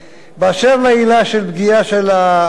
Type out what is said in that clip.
אשר לעילה של פגיעה בעובד,